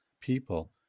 people